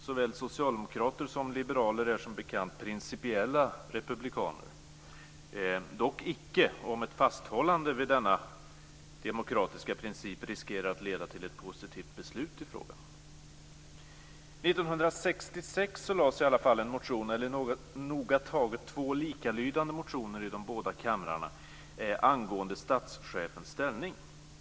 Såväl socialdemokrater som liberaler är som bekant principiella republikaner, dock inte om ett fasthållande vid denna demokratiska princip riskerar att leda till ett positivt beslut i frågan. År 1966 lades i alla fall en motion, eller noga taget två likalydande motioner i de båda kamrarma, angående statschefens ställning.